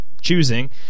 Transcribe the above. choosing